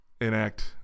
enact